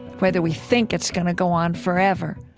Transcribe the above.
whether we think it's going to go on forever.